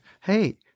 hey